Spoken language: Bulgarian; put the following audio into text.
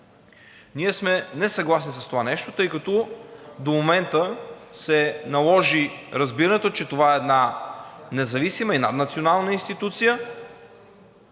Ние не сме съгласни с това нещо, тъй като до момента се наложи разбирането, че това е една независима и наднационална институция,